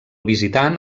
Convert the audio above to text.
visitant